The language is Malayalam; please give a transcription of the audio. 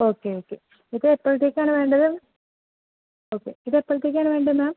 ഓക്കെ ഓക്കെ ഇത് എപ്പോഴത്തേക്കാണ് വേണ്ടത് ഓക്കെ ഇത് എപ്പോഴത്തേക്കാണ് വേണ്ടത് മാം